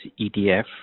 ETF